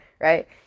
Right